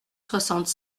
soixante